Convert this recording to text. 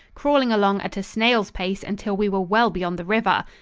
crawling along at a snail's pace until we were well beyond the river.